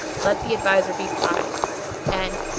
let the adviser be prized and,